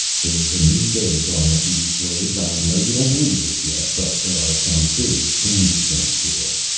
there is a new day dawning for you slaves. i know you don't believe this yet, but there are some big changes in store.